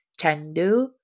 Chengdu